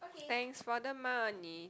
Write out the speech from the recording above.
thanks for the money